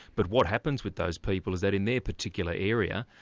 but what happens with those people is that in their particular area,